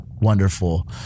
Wonderful